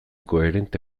koherente